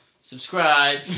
subscribe